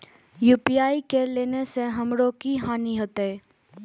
UPI ने लेने से हमरो की हानि होते?